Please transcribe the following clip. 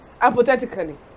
hypothetically